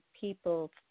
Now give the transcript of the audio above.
people